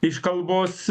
iš kalbos